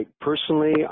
Personally